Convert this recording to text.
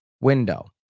window